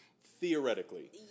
Theoretically